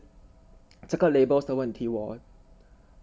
这个 labels 的问题 hor